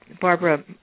Barbara